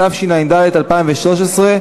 התשע"ג 2013,